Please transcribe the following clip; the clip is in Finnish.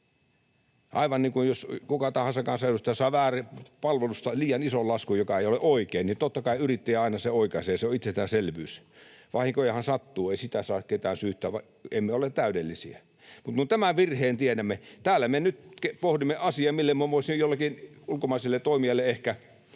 aivan niin kuin jos kuka tahansa kansanedustaja saa palvelusta liian ison laskun, joka ei ole oikein, niin totta kai yrittäjä aina sen oikaisee. Se on itsestäänselvyys. Vahinkojahan sattuu, ei siitä saa ketään syyttää. Emme ole täydellisiä. Mutta tämän virheen tiedämme. Täällä me nyt pohdimme asiaa, millä me voisimme ehkä jollekin ulkomaiselle toimijalle Suomen